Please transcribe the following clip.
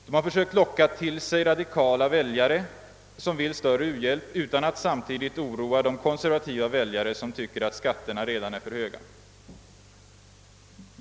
De har försökt locka till sig radikala väljare som vill större uhjälp, utan att samtidigt oroa de konservativa väljare som tycker att skatterna redan nu är för höga.